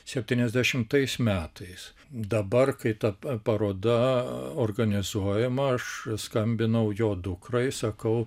septyniasdešimtais metais dabar kai ta paroda organizuojama aš skambinau jo dukrai sakau